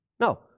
No